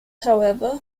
however